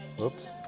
Oops